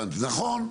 נכון.